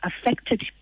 affected